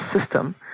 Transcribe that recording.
system